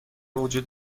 وجود